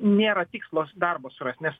nėra tikslas darbą surast nes